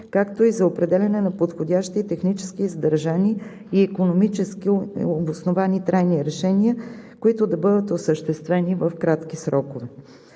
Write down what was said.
както и за определяне на подходящи технически издържани и икономически обосновани трайни решения, които да бъдат осъществени в кратки срокове.